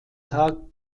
tag